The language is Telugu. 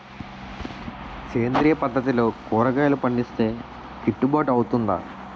సేంద్రీయ పద్దతిలో కూరగాయలు పండిస్తే కిట్టుబాటు అవుతుందా?